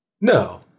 No